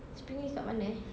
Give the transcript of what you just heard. spring leaf dekat mana eh